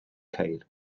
ceir